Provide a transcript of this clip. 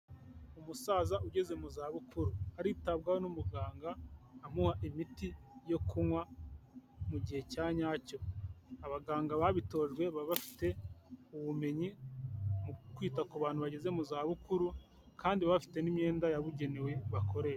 Umusaza ugeze mu zabukuru aritabwaho n'umuganga amuha imiti yo kunywa mu gihe cyanyacyo. Abaganga babitojwe baba bafite ubumenyi mu kwita ku bantu bageze mu zabukuru kandi baba bafite n'imyenda yabugenewe bakoresha.